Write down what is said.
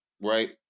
right